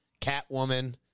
Catwoman